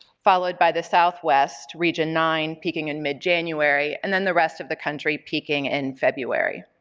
followed by the southwest region nine peaking in mid-january, and then the rest of the country peaking in february.